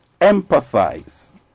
empathize